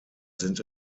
sind